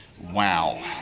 Wow